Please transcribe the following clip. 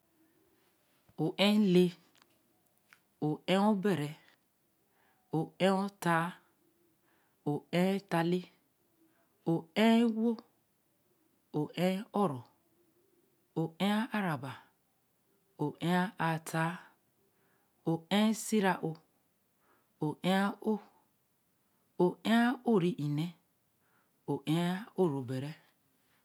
O'ɛ ele, O'ɛ Obere, O'ɛ otaa, O'ɛ etaale O'ɛ ewo, O'ɛ ɔrɔ, O'ɛ araba, O'ɛ aataa, O'ɛ sira'o O'ɛ a'o, O'ɛ a'o ri-nne O'ɛ a'o rɛ obere